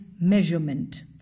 measurement